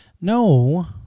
no